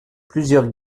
plusieurs